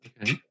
Okay